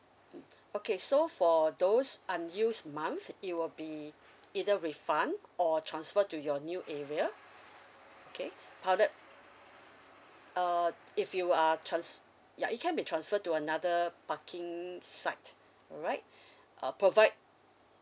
okay so for those unused month it will be either refund or transfer to your new area okay howe~ uh if you are trans~ ya it can be transferred to another parking site alright uh provide